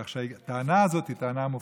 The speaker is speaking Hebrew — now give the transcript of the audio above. כך שהטענה הזאת היא טענה מופרכת.